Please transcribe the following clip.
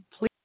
Please